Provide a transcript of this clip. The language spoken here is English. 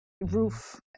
roof